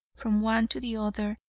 from one to the other,